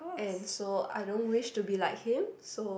and so I don't wish to be like him so